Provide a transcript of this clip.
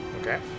Okay